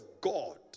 God